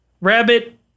Rabbit